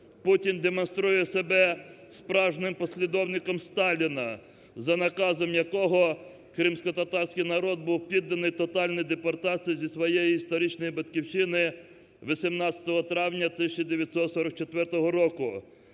Путін демонструє себе справжнім послідовником Сталіна, за наказом якого кримськотатарський народ був підданий тотальній депортації зі своєї історичної батьківщини 18 травня 1944 року.